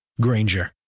Granger